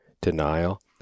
Denial